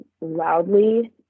loudly